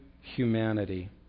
humanity